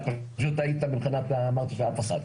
אתה פשוט אמרת "אין אף אחת".